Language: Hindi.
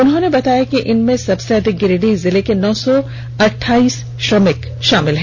उन्होंने बताया कि इनमें सबसे अधिक गिरिडीह जिले के नौ सौ अठाइस श्रमिक शामिल हैं